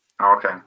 Okay